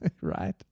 right